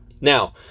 Now